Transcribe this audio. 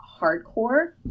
hardcore